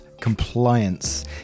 compliance